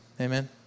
Amen